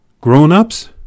grown-ups